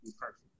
perfect